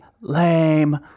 lame